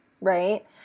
Right